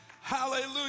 Hallelujah